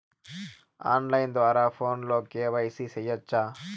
on line ద్వారా ఫోనులో KYC సేయొచ్చా